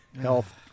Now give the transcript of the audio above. health